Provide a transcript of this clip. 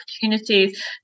opportunities